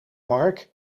marc